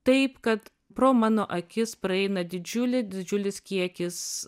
taip kad pro mano akis praeina didžiulį didžiulis kiekis